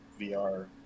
VR